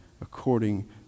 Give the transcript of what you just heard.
according